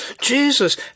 Jesus